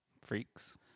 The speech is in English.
freaks